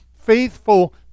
faithful